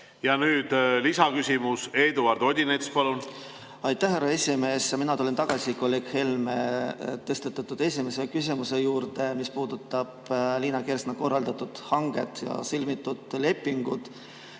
Ja nüüd lisaküsimus. Eduard Odinets, palun! Aitäh, härra esimees! Mina tulen tagasi kolleeg Helme tõstatatud esimese küsimuse juurde, mis puudutab Liina Kersna korraldatud hanget ja sõlmitud lepingut.